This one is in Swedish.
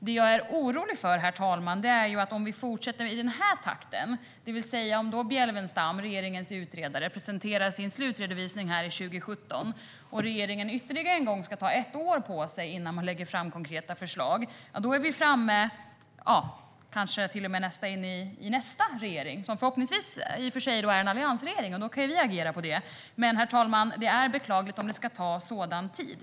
Det jag är orolig för, herr talman, är att om man fortsätter i den här takten, det vill säga om regeringens utredare Bjelfvenstam presenterar sin slutredovisning 2017 och regeringen ytterligare en gång ska ta ett år på sig innan den lägger fram konkreta förslag, är vi kanske till och med inne på nästa regering när förslagen kommer. Förhoppningsvis är det i och för sig en alliansregering, och då kan vi agera, men, herr talman, det är beklagligt om det ska ta sådan tid.